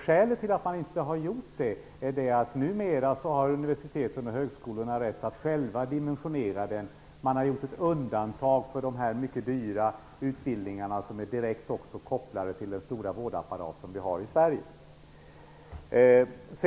Skälet till att man inte har gjort det är att universiteten och högskolorna numera har rätt att själva dimensionera. Man har gjort ett undantag för dessa mycket dyra utbildningar som är direkt kopplade till den stora vårdapparat som vi har i Sverige. Stefan